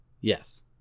Yes